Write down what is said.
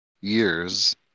years